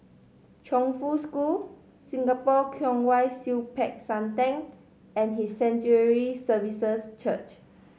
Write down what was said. Chongfu School Singapore Kwong Wai Siew Peck San Theng and His Sanctuary Services Church